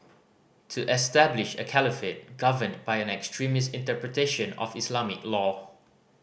to establish a caliphate governed by an extremist interpretation of Islamic law